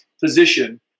position